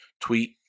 tweet